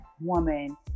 woman